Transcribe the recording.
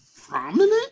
prominent